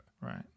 Right